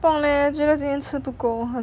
不懂 leh 觉得今天吃不够